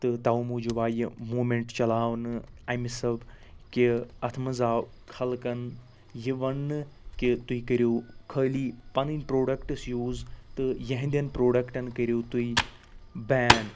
تہٕ تَوٕ موٗجوب آیہِ یہِ موٗمیٚنٹہٕ چلاونہٕ اَمہِ سب کہِ اتھ مَنٛز آو خلقن یہِ وننہٕ کہِ تُہۍ کٔرِو خٲلی پَنٕنۍ پرٛوڈکٹٕس یوٗز تہٕ یہنٛدیٚن پرٛوڈَکٹَن کٔرِو تُہۍ بین